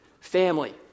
Family